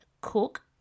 cook